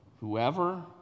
whoever